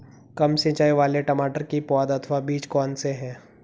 कम सिंचाई वाले टमाटर की पौध अथवा बीज कौन से हैं?